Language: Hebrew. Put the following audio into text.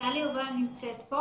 טלי יובל נמצאת.